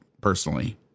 personally